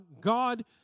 God